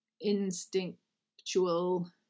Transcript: instinctual